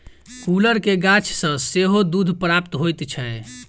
गुलर के गाछ सॅ सेहो दूध प्राप्त होइत छै